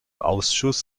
ausschuss